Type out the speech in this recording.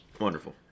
Wonderful